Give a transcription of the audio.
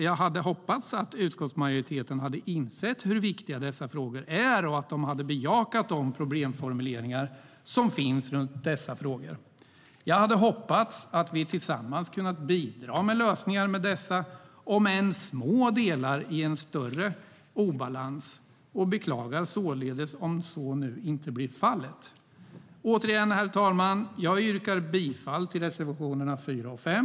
Jag hade hoppats att utskottsmajoriteten skulle ha insett hur viktiga dessa frågor är och bejakat de problemformuleringar som finns runt dessa frågor. Jag hade hoppats att vi tillsammans skulle ha kunnat bidra med lösningar med dessa - om än små - delar i en större obalans och beklagar således om så nu inte blir fallet. Återigen, herr talman, yrkar jag bifall till reservationerna 4 och 5.